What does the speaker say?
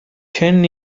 ten